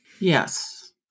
Yes